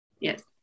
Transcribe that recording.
Yes